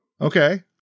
Okay